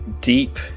deep